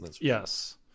yes